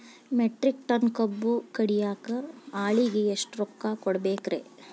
Metric ton ಕಬ್ಬು ಕಡಿಯಾಕ ಆಳಿಗೆ ಎಷ್ಟ ರೊಕ್ಕ ಕೊಡಬೇಕ್ರೇ?